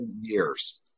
years